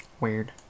weird